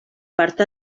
part